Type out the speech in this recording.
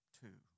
two